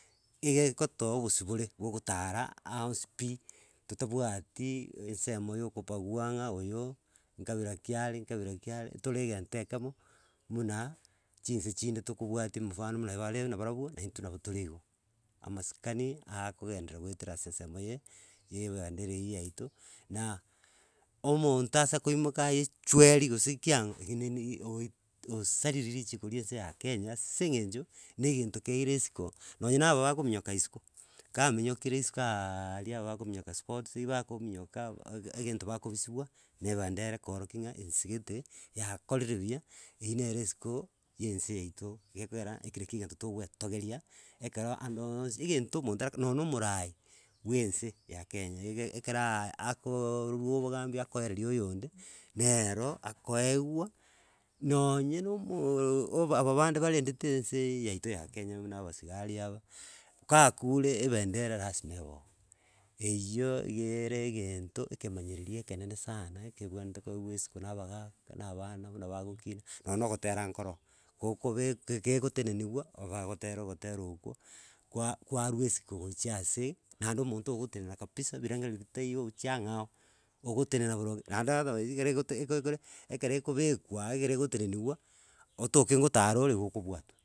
Ige egotoa obosibore bwa ogotara aonsi pi totabwati eensemo ya kobagua ng'a oyo nkabira kia are nkabira ki are, tore egento ekemo muna chinse chinde tokobwatia omofano muna ebare na barabwo naintwe nabo tore igo, amasikani akogenderera goetera ase ensemo eye ya ebendera eywo yaito na, omonto ase koimoka ayechweri gose kiang'o keneni oii osaririe richiko ria ense ya kenya ase eng'encho na egento keire isiko, nonye na aba bakominyoka isiko, ka aminyokire isiko aaaaaria bakominyoka sports, bakominyoka n ege egento bakobisiwa na ebendera ekoorokia ng'a ense gete yakorire buya, eywo nere esiko ya ense yaito gekogera eki naki egento togoetogeria, ekero ande onsi egento omonto nonye omorai, bwa ense ya kenya, ege ekereee akoooorwa obogambia akoereri oyonde, neroo akoewa, nonye nomooo obo aba bande barendete ense eye yaito ya kenya n buna abasigari aba, n kakure ebendera lasima ebe oo, eywo iga ere egento, ekemanyereri ekenene sana ekebwenete koewa esiko na abagaka na abana buna bagokina nonya na ogotera nkoroo. Gokobeka gegoteneniwa, obagotera ogotera okwo, kwa kwarwa esiko gochia ase naende omonto ogotenena kabisa birengereri bitayo chiang'ao, ogotenena boronge naende otherwise, ekere egote egokore ekero ekobekwa, egere egoteneniwa, otoke ngotara ore, igo okobwatwa.